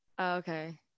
Okay